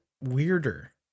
weirder